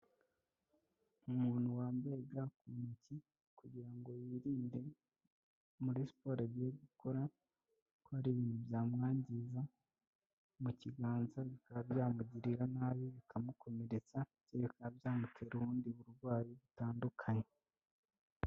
Umuntu wambaye ga muntoki, kugira ngo yirinde muri siporro agiye gukora, ko hari ibintu byamwangiza mu kiganza, bikaba byamugirira nabi, bikamukomeretsa, ndetse bikaba byamutera ubundi burwayi butandukanye.